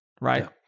right